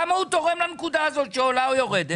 כמה הוא תורם לנקודה הזאת שעולה או יורדת?